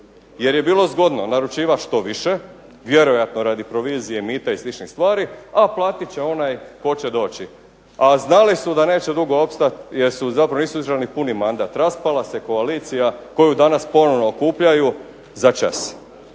jer je bilo zgodno naručivat što više, vjerojatno radi provizije, mita i sličnih stvari, a platit će onaj tko će doći. A znali su da neće dugo opstat jer zapravo nisu izdržali ni puni mandat, raspala se koalicija koju danas ponovno okupljaju začas.